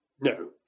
No